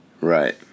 Right